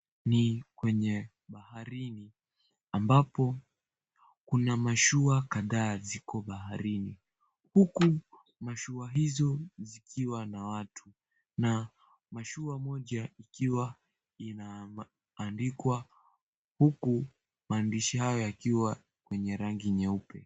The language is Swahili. Ni kwenye baharini ambapo kuna mashua kadhaa ziko baharini, huku mashua hizo zikiwa na watu. Na Mashua moja ikiwa imeandikwa, huku maandishi hayo yakiwa yenye rangi nyeupe.